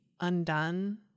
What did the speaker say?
undone